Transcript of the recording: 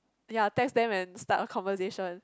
ya text them and start a conversation